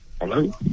Hello